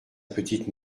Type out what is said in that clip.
petite